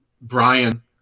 Brian